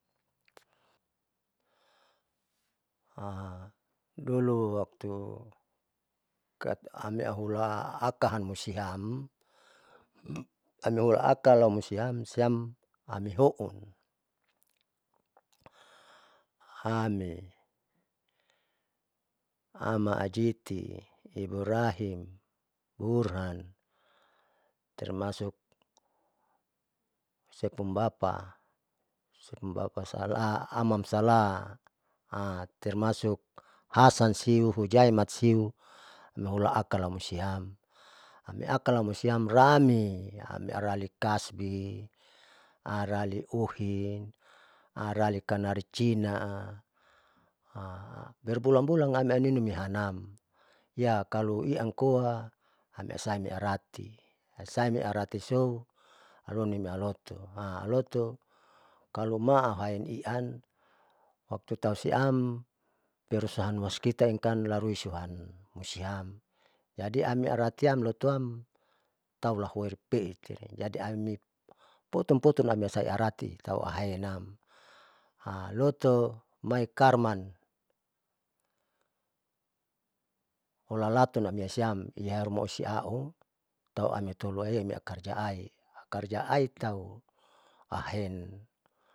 dolo waktu kahula aka amustiam amiaulaka amoisiam amihoun hami sama ajiti iburahim burhan termasuk osepung bapa, bapa sala amsala termasuk hasan siu hujaimat siu nahula akaamoisiam amiakal lamoisiam rami ami arali kasbi arali uhin arali kanari cina berbulan bulan haninu amai hanam iya kalo iaan koa hami asaite arati, asaime arati sou haruan nialotu alotu kaloma auhaen ian waktu tausiam perusahan waskita siam larui suhan musiahan jadi ami aratiam lotu ituam taulahua peetire, jadi ami potun potun nisai arati tauainam lotomaikarman hulalatun amaisiam hularuma osiau tauamitolu aem iakarjaai akarja aitauen.